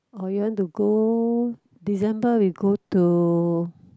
or you want to go December we go to